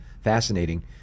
fascinating